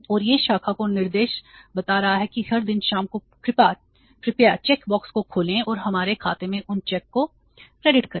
और यह शाखा को निर्देश बता रहा है कि हर दिन शाम को कृपया चेक बॉक्स को खोलें और हमारे खाते में उन चेक को क्रेडिट करें